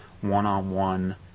one-on-one